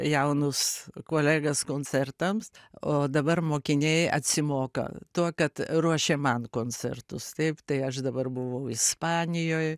jaunus kolegas koncertams o dabar mokiniai atsimoka tuo kad ruošia man koncertus taip tai aš dabar buvau ispanijoj